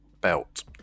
belt